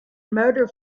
motor